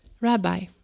Rabbi